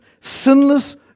sinless